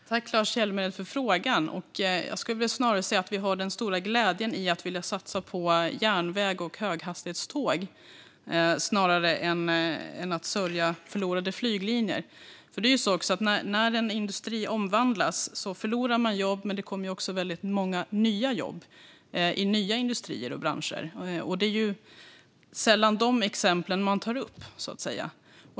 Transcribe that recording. Fru talman! Jag tackar Lars Hjälmered för frågan. Jag skulle vilja säga att vi gläds över att vilja satsa på järnväg och höghastighetståg snarare än att sörja förlorade flyglinjer. När en industri omvandlas förlorar man jobb, men det kommer också många nya jobb i nya industrier och branscher. Det är sällan dessa exempel som tas upp.